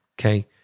Okay